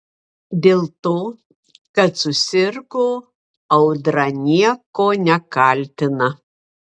dėl to kad susirgo audra nieko nekaltina